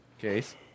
Case